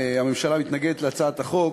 הממשלה מתנגדת להצעת החוק.